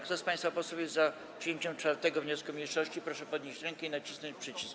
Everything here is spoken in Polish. Kto z państwa posłów jest za przyjęciem 4. wniosku mniejszości, proszę podnieść rękę i nacisnąć przycisk.